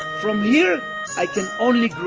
from here i can only